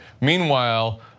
Meanwhile